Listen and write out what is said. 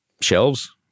shelves